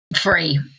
free